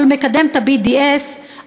אבל מקדם את ה-BDS.